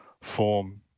form